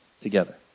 together